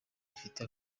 bifite